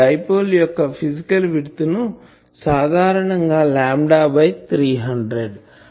die pole యొక్క physical width ను సాధారణం గా లాంబ్డా బై 300